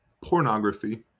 pornography